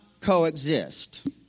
coexist